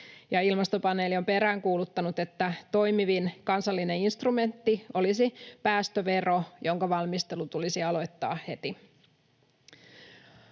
Ilmastopaneeli on peräänkuuluttanut, että toimivin kansallinen instrumentti olisi päästövero, jonka valmistelu tulisi aloittaa heti.